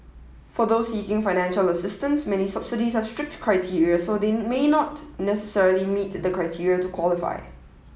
for those seeking financial assistance many subsidies have strict criteria so they may not necessarily meet the criteria to qualify